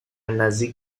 نزدیک